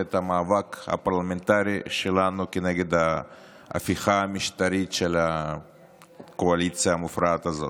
המאבק הפרלמנטרי שלנו כנגד ההפיכה המשטרית של הקואליציה המופרעת הזאת.